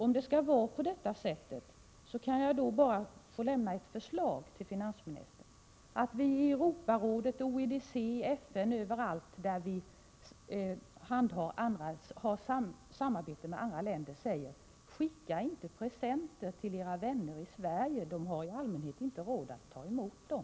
Om det skall vara på det här sättet, kanske jag får lämna ett förslag till finansministern, att vi i Europarådet, OECD, FN och i övrigt där vi har samarbete med andra länder säger: Skicka inte presenter till era vänner i Sverige — de har i allmänhet inte råd att ta emot dem.